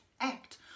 act